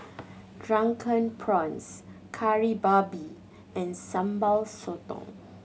Drunken Prawns Kari Babi and Sambal Sotong